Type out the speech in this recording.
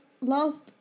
last